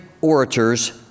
orators